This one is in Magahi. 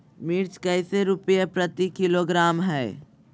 मिर्च कैसे रुपए प्रति किलोग्राम है?